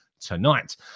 tonight